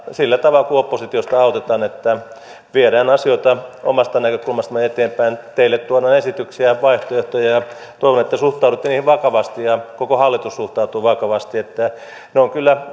sillä tavalla kuin oppositiosta autetaan viedään asioita omasta näkökulmastamme eteenpäin teille tuodaan esityksiä ja vaihtoehtoja ja toivon että suhtaudutte niihin vakavasti ja koko hallitus suhtautuu vakavasti ne on kyllä